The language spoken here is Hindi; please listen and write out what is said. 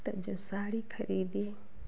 तब जब साड़ी खरीदी